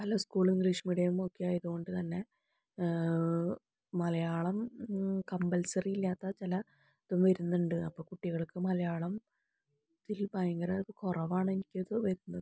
പല സ്കൂളും English medium ഒക്കെ ആയതുകൊണ്ട് തന്നെ മലയാളം കമ്പൽസറിയില്ലാത്ത ചില ഇതും വരുന്നുണ്ട് അപ്പോൾ കുട്ടികൾക്ക് മലയാളത്തിൽ ഭയങ്കര കുറവാണ് എനിക്ക് വരുന്നത്